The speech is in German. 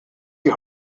die